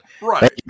Right